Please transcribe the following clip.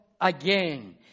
again